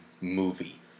movie